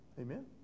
Amen